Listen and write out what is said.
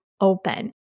open